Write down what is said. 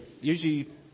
usually